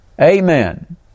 Amen